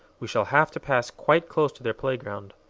we shall have to pass quite close to their playground.